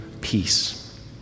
peace